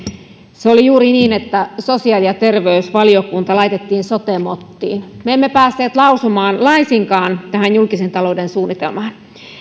se oli juuri niin että sosiaali ja terveysvaliokunta laitettiin sote mottiin me emme päässeet lausumaan laisinkaan tähän julkisen talouden suunnitelmaan